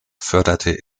förderte